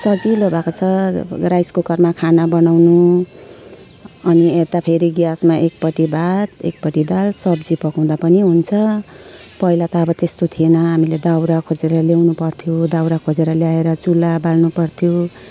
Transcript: सजिलो भएको छ राइस कुकरमा खाना बनाउनु अनि यता फेरि ग्यासमा एकपट्टि भात एकपट्टि दाल सब्जी पकाउँदा पनि हुन्छ पहिला त अब त्यस्तो थिएन हामीले दाउरा खोजेर ल्याउनु पर्थ्यो दाउरा खोजेर ल्याएर चुला बाल्नु पर्थ्यो